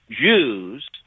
Jews